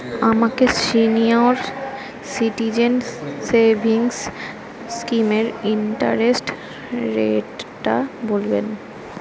আমাকে senior citizen savings স্কিমের interest রেটটা বলবেন